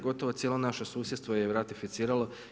Gotovo cijelo naše susjedstvo je ratificiralo.